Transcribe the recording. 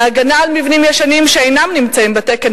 ההגנה על מבנים ישנים שאינם עומדים בתקן,